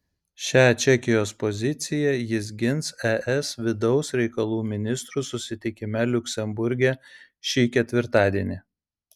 šią čekijos poziciją jis gins es vidaus reikalų ministrų susitikime liuksemburge šį ketvirtadienį